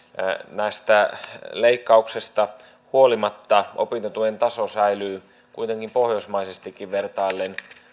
tästä leikkauksesta huolimatta opintotuen taso säilyy kuitenkin pohjoismaisestikin vertaillen